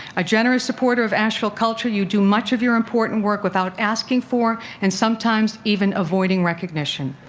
a generous supporter of asheville culture, you do much of your important work without asking for and sometimes even avoiding recognition.